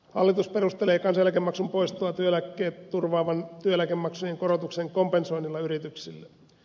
hallitus perustelee kansaneläkemaksun poistoa työeläkkeet turvaavan työeläkemaksujen korotuksen kompensoinnilla yrityksille